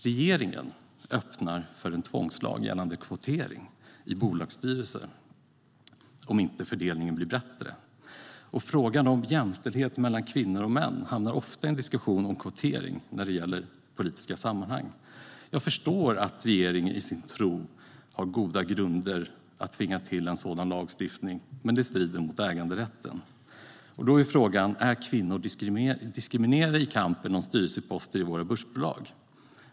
Regeringen öppnar för en tvångslag gällande kvotering i bolagsstyrelser om inte fördelningen blir bättre. Frågan om jämställdhet mellan kvinnor och män hamnar ofta i en diskussion om kvotering när det gäller politiska sammanhang. Jag förstår att regeringen i sin tro har goda grunder för att ta till en sådan tvingande lagstiftning, men den strider mot äganderätten. Frågan är: Är kvinnor diskriminerade i kampen om styrelseposter i våra börsbolag?